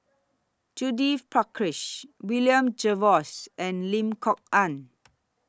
Judith Prakash William Jervois and Lim Kok Ann